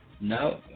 No